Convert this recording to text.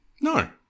No